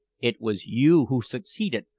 it was you who succeeded,